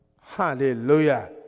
Hallelujah